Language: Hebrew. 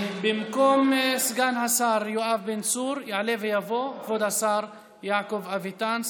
במקום סגן השר יואב בן צור יעלה ויבוא כבוד השר יעקב אביטן,